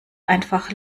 einfach